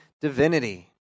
divinity